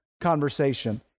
conversation